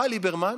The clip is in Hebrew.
ובא ליברמן,